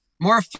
More